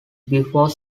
before